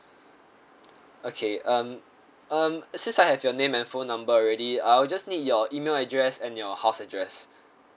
okay um um since I have your name and phone number already I would just need your email address and your house address